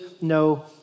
no